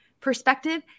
perspective